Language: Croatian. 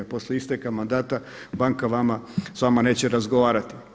Poslije isteka mandata banka vama, s vama neće razgovarati.